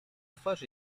twarz